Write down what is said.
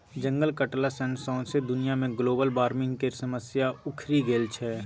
जंगल कटला सँ सौंसे दुनिया मे ग्लोबल बार्मिंग केर समस्या उखरि गेल छै